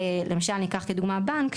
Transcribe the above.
ניקח כדוגמה בנק,